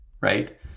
right